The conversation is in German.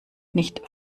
nicht